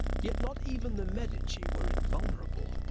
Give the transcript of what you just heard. yet not even the medici were invulnerable.